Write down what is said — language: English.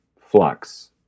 flux